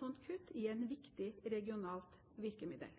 slikt kutt i et viktig regionalt